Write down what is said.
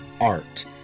art